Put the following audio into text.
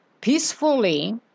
peacefully